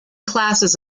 classes